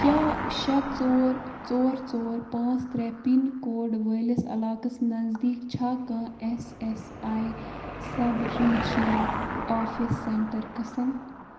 کیٛاہ شےٚ ژور ژور ژور پانٛژھ ترٛےٚ پِن کوڈ وٲلِس علاقس نزدیٖک چھا کانٛہہ اٮ۪س اٮ۪س آی سب ریٖجنَل آفِس سٮ۪نٹر قٕسم